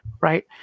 right